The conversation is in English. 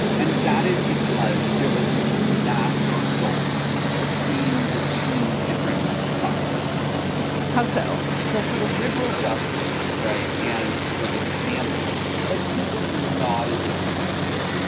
and that is because there was this massive gulf between the two different sides of the court. how so? so for the liberal justices. right. and for this family like this is not a difficult case.